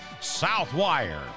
Southwire